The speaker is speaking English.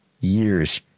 years